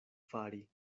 fari